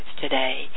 today